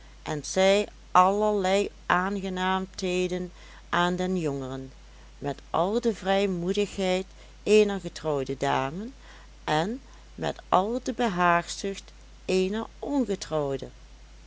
en zei allerlei aangenaamheden aan den jongeren met al de vrijmoedigheid eener getrouwde dame en met al de behaagzucht eener ongetrouwde